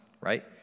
right